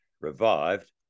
revived